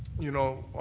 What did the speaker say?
you know,